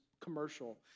commercial